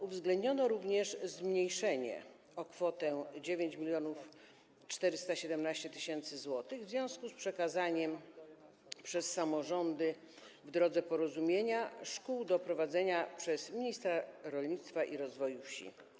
Uwzględniono również zmniejszenie środków o kwotę 9417 tys. zł w związku z przekazaniem przez samorządy, w drodze porozumienia, szkół do prowadzenia przez ministra rolnictwa i rozwoju wsi.